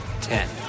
ten